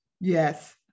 Yes